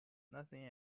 nothing